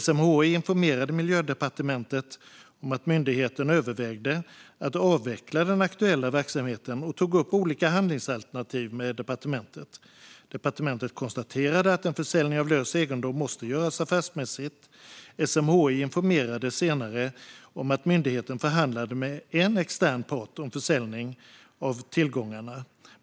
SMHI informerade Miljödepartementet om att myndigheten övervägde att avveckla den aktuella verksamheten och tog upp olika handlingsalternativ med departementet. Departementet konstaterade att en försäljning av lös egendom måste göras affärsmässigt. SMHI informerade senare om att myndigheten förhandlade med en extern part om försäljning av tillgångarna.